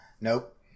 Nope